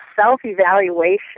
self-evaluation